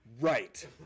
Right